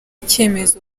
icyemezo